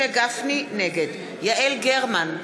נגד יעל גרמן,